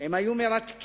הם היו מרתקים,